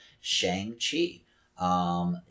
Shang-Chi